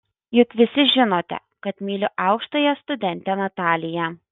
juk visi žinote kad myliu aukštąją studentę nataliją